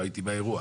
לא הייתי באירוע.